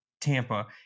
Tampa –